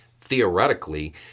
Theoretically